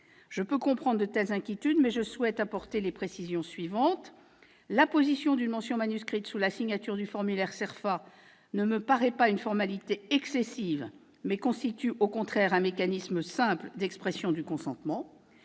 Je peux comprendre de telles inquiétudes, mais je souhaite apporter les précisions suivantes. L'apposition d'une mention manuscrite sous la signature du formulaire CERFA ne me paraît pas une formalité excessive, mais constitue, au contraire, un mécanisme simple d'expression du consentement.